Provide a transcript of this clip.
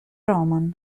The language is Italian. roman